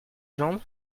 jambe